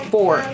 Four